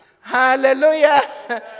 Hallelujah